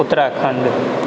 Uttarakhand